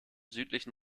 südlichen